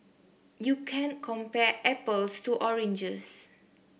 you can't compare apples to oranges